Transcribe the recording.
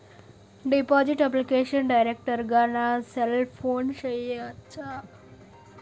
Deposit application direct గా నా cell ఫోన్లో చెయ్యచా?